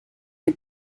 the